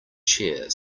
chair